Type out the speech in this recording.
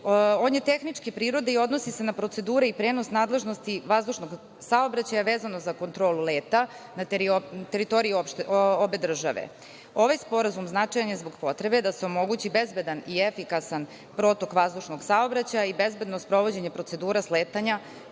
On je tehničke prirode i odnosi se na procedure i prenos nadležnosti vazdušnog saobraćaja vezanog za kontrolu leta na teritoriji obe države. Ovaj sporazum, značajan je zbog potrebe da se omogući bezbedan i efikasan protok vazdušnog saobraćaja i bezbedno sprovođenje procedure sletanja